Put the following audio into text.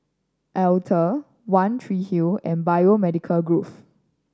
Altez One Tree Hill and Biomedical Grove